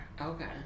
Okay